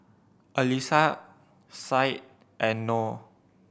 Alyssa Said and Noh